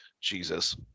Jesus